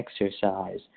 exercise